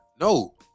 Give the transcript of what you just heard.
no